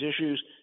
issues